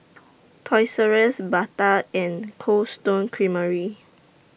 Toys R US Bata and Cold Stone Creamery